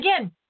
again